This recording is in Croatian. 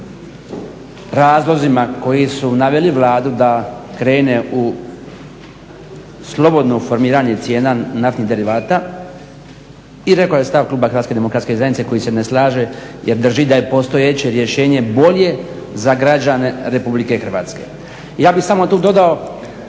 razlozima koji su naveli Vladu da krene u slobodno formiranje cijena naftnih derivata i rekao je stav Kluba Hrvatske demokratske zajednice koji se ne slaže jer drži da je postojeće rješenje bolje za građane Republike Hrvatske. Ja bih samo tu dodao